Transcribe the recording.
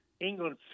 England